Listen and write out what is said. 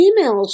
emails